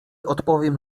odpowiem